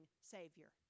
Savior